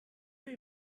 est